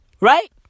right